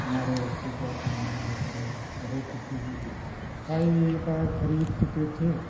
हमारे बच्चे क्या पहनेंगे हम बहुत दुःखी हुए भाई अब खरीद चुके थे